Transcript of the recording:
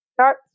start